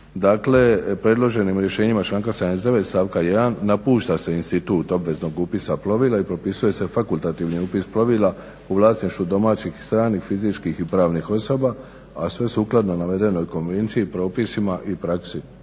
Dakle, predloženim rješenjima članka 79. stavka 1. napušta se institut obveznog upisa plovila i propisuje se fakultativni upis plovila u vlasništvu domaćih i stranih fizičkih i pravnih osoba, a sve sukladno navedenoj konvenciji, propisima i praksi